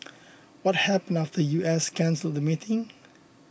what happened U S cancelled the meeting